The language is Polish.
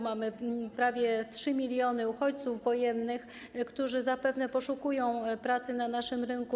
Mamy prawie 3 mln uchodźców wojennych, którzy zapewne poszukują pracy na naszym rynku.